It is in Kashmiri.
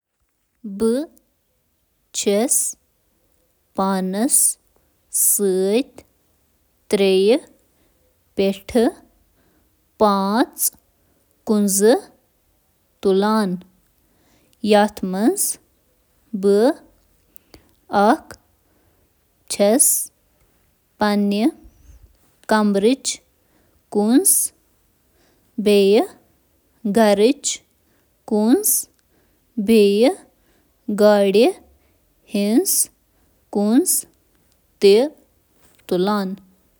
مےٚ چھِ زٕ پٮ۪ٹھٕ پانٛژھ کُنٛزٕ نِوان، یِمَن منٛز عام طور پٲٹھۍ میٲنۍ گرٕ تہٕ گاڑِ ہٕنٛز کُنٛزٕ تہٕ سۭتۍ دفترٕچ چابی یا میل باکس کی تہِ شٲمِل چھِ۔